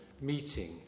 meeting